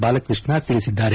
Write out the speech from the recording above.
ಬಾಲಕೃಷ್ಣ ತಿಳಿಸಿದ್ದಾರೆ